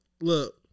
Look